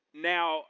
now